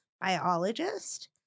biologist